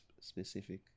specific